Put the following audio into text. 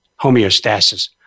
homeostasis